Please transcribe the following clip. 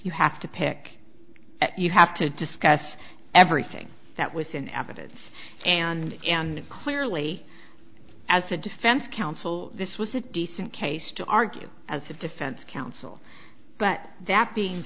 you have to pick at you have to discuss everything that was in evidence and and clearly as a defense counsel this was a decent case to argue as a defense counsel but that being